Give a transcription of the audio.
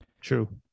True